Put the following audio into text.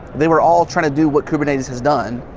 they were all trying to do what kubernetes has done,